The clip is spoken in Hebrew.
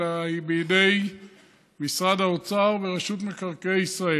אלא זה בידי משרד האוצר ורשות מקרקעי ישראל.